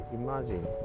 imagine